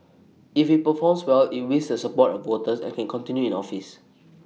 if IT performs well IT wins the support of voters and can continue in office